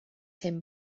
him